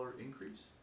increase